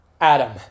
Adam